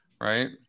right